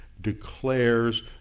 declares